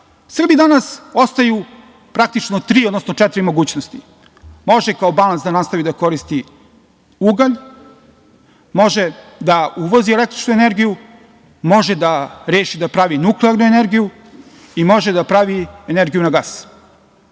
danas ostaju tri, odnosno četiri mogućnosti. Može kao balans da nastavi da koristi ugalj, može da uvozi električnu energiju, može da reši da pravi nuklearnu energiju i može da pravi energiju na